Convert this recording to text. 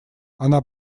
она